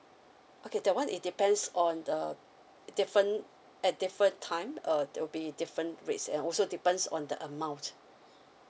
okay that one it depends on the different at different time uh that will be different rates and also depends on the amount